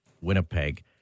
Winnipeg